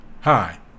hi